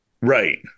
Right